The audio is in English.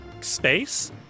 space